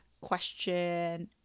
question